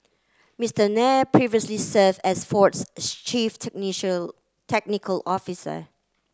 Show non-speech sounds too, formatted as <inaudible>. Mister Nair previously serve as Ford's <unintelligible> chief <unintelligible> technical officer